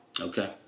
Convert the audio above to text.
Okay